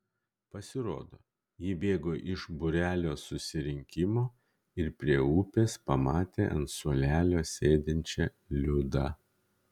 pasirodo ji bėgo iš būrelio susirinkimo ir prie upės pamatė ant suolelio sėdinčią liudą